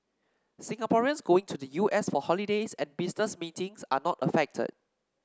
Singaporeans going to the U S for holidays and business meetings are not affected